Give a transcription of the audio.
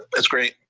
that's great.